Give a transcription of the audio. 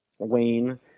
Wayne